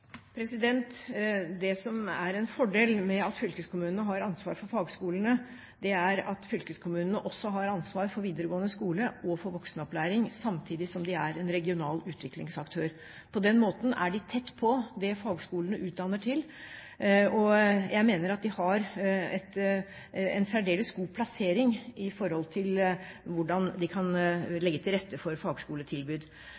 Det som er en fordel med at fylkeskommunene har ansvar for fagskolene, er at fylkeskommunene også har ansvar for videregående skoler og for voksenopplæring, samtidig som de er en regional utviklingsaktør. På den måten er de tett på det fagskolene utdanner til. Jeg mener at de har en særdeles god plassering med hensyn til hvordan de kan